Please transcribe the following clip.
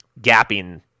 gapping